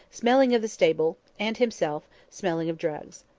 smelling of the stable, and himself, smelling of drugs.